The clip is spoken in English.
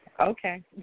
Okay